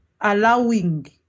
allowing